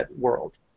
world